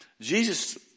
Jesus